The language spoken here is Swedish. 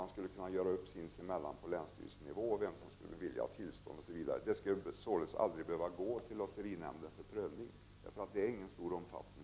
Man skulle kunna göra upp sinsemellan på länsstyrelsenivå vem som skall bevilja tillstånd osv. Ärendet skulle således aldrig behöva gå till lotterinämnden för prövning. Dessa lotterier har ingen stor omfattning.